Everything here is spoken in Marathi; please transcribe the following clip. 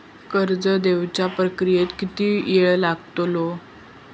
कर्ज देवच्या प्रक्रियेत किती येळ लागतलो?